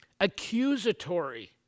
accusatory